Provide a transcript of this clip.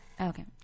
Okay